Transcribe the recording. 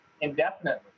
indefinitely